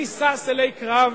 מי שש אלי קרב?